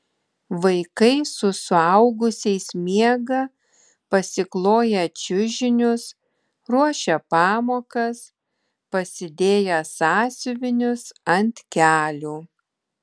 vaikai su suaugusiais miega pasikloję čiužinius ruošia pamokas pasidėję sąsiuvinius ant kelių